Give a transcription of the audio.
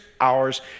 hours